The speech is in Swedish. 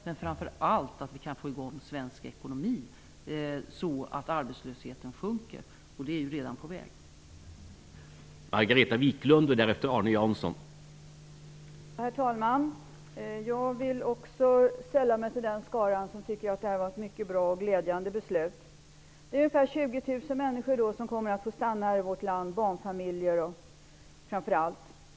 Men framför allt måste vi få i gång svensk ekonomi så att arbetslösheten sjunker, och det är den redan på väg att göra.